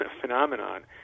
phenomenon